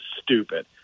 stupid